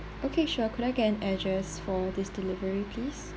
okay sure could I get an address for this delivery please